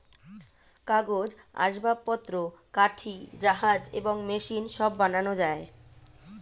কাগজ, আসবাবপত্র, কাঠি, জাহাজ এবং মেশিন সব বানানো যায়